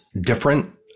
different